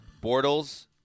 Bortles